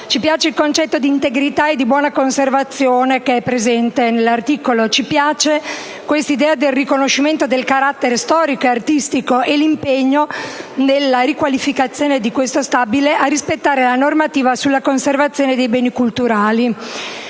ci piace il concetto di integrità e di buona conservazione presente nell'articolo 3; ci piace l'idea del riconoscimento del carattere storico e artistico e l'impegno, nella riqualificazione di questo stabile, a rispettare la normativa sulla conservazione dei beni culturali.